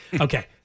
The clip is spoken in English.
Okay